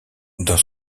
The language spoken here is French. dans